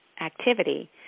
activity